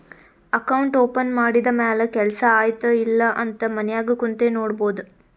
account open ಮಾಡಿದ ಮ್ಯಾಲ ಕೆಲ್ಸಾ ಆಯ್ತ ಇಲ್ಲ ಅಂತ ಮನ್ಯಾಗ್ ಕುಂತೆ ನೋಡ್ಬೋದ್